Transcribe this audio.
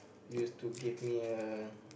used to give me a